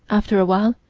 after a while,